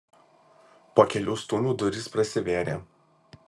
po kelių stūmių durys prasivėrė